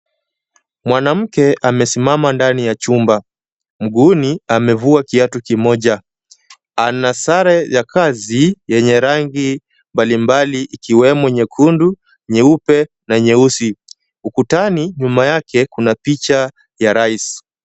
Mwanamke amesimama ndani ya chumba. Mguuni amevua kiatu kimoja. Ana sare ya kazi yenye rangi mbalimbali ikiwemo nyekundu, nyeupe na nyeusi. Ukutani, nyuma yake, kuna picha ya Rais.